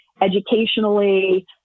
educationally